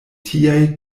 tiaj